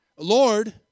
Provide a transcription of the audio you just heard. Lord